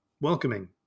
welcoming